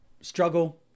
struggle